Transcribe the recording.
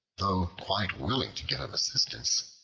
though quite willing to give him assistance,